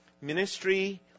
Ministry